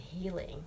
healing